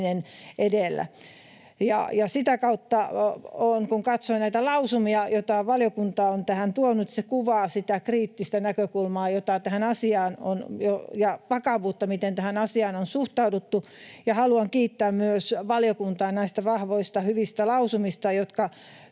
Sitä kautta, kun katsoin näitä lausumia, joita valiokunta on tähän tuonut, se kuvaa sitä kriittistä näkökulmaa ja vakavuutta siinä, miten tähän asiaan on suhtauduttu. Haluan kiittää myös valiokuntaa näistä vahvoista, hyvistä lausumista, jotka